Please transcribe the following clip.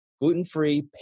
gluten-free